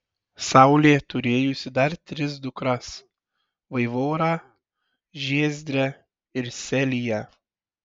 saulė turėjusi dar tris dukras vaivorą žiezdrę ir seliją